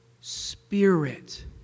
Spirit